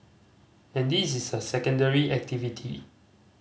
and this is a secondary activity